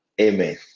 Amen